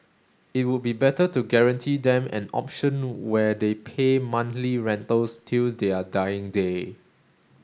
it would be better to guarantee them an option where they pay monthly rentals till their dying day